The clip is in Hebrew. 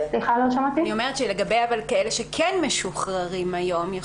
לגבי אלה שכן משוחררים היום,